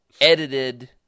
edited